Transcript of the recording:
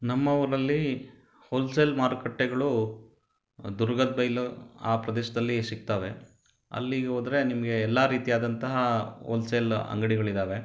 ನಮ್ಮ ಊರಲ್ಲಿ ಹೋಲ್ಸೆಲ್ ಮಾರುಕಟ್ಟೆಗಳು ದುರ್ಗದ ಬೈಲು ಆ ಪ್ರದೇಶದಲ್ಲಿ ಸಿಕ್ತಾವೆ ಅಲ್ಲಿಗೆ ಹೋದರೆ ನಿಮಗೆ ಎಲ್ಲ ರೀತಿಯಾದಂತಹ ಹೋಲ್ಸೆಲ್ ಅಂಗಡಿಗಳಿದ್ದಾವೆ